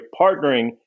partnering